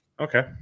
Okay